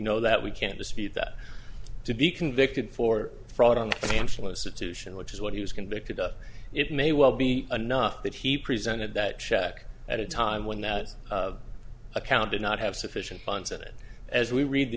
know that we can't dispute that to be convicted for fraud on the team solicit to show which is what he was convicted of it may well be enough that he presented that check at a time when that account did not have sufficient funds in it as we read the